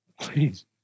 please